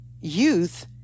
youth